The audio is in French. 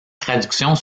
traductions